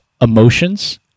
Emotions